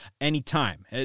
anytime